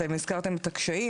אתם הזכרתם את הקשיים,